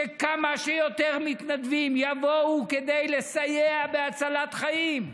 שכמה שיותר מתנדבים יבואו כדי לסייע בהצלת חיים,